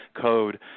Code